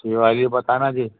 अच्छी वाली बताना जी